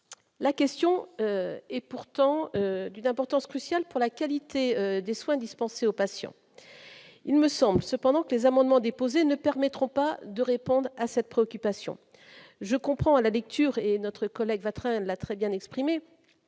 la question est pourtant d'une importance cruciale pour la qualité des soins dispensés aux patients, il me semble cependant que les amendements déposés ne permettront pas de répondre à cette préoccupation, je comprend à la lecture et notre collègue Vatrin l'a très bien exprimé